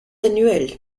annuel